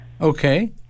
Okay